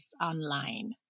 online